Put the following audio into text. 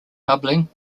bubbling